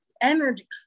Energy